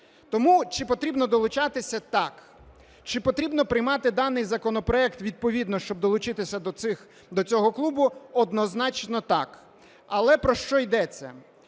Тому чи потрібно долучатися? Так. Чи потрібно приймати даний законопроект відповідно, щоб долучитися до цього клубу? Однозначно так. Але про що йдеться?